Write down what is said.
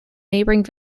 neighbouring